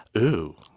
ooh.